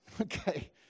Okay